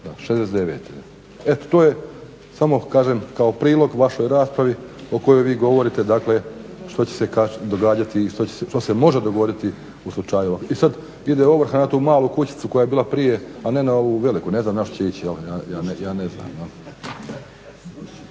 kuće. Eto to je, samo kažem kao prilog vašoj raspravi o kojoj vi govorite dakle što će se događati i što se može dogoditi u slučaju i sad ide ovrha na tu malu kućicu koja je bila prije, a ne na ovu veliku. Ne znam na što će ići, ja ne znam.